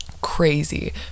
crazy